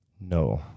No